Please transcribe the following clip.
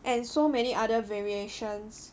and so many other variations